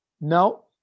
No